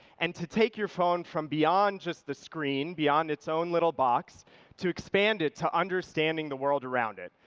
and to take your phone from beyond just the screen, beyond its own little box to expand it to understanding the world around it.